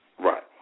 Right